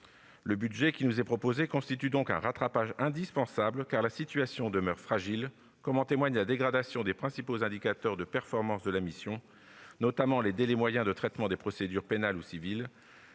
Le budget qui nous est proposé constitue donc un rattrapage indispensable, car la situation demeure fragile, comme en témoigne la dégradation des principaux indicateurs de performance de la mission, notamment les délais moyens de traitement des procédures pénales ou civiles.